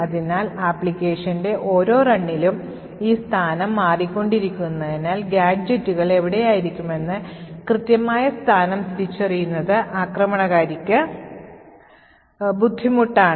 അതിനാൽ ആപ്ലിക്കേഷന്റെ ഓരോ runലും ഈ സ്ഥാനം മാറിക്കൊണ്ടിരിക്കുന്നതിനാൽ ഗാഡ്ജെറ്റുകൾ എവിടെയായിരിക്കുമെന്ന് കൃത്യമായ സ്ഥാനം തിരിച്ചറിയുന്നത് ആക്രമണകാരിക്ക് ബുദ്ധിമുട്ടാണ്